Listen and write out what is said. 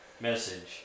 message